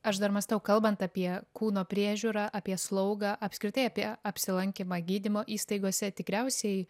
aš dar mąstau kalbant apie kūno priežiūrą apie slaugą apskritai apie apsilankymą gydymo įstaigose tikriausiai